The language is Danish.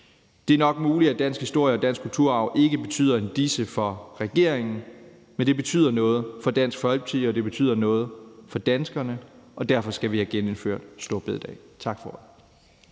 Det er nok muligt, at dansk historie og dansk kulturarv ikke betyder en disse for regeringen, men det betyder noget for Dansk Folkeparti, og det betyder noget for danskerne, og derfor skal vi have genindført store bededag. Tak for ordet.